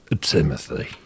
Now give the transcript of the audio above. Timothy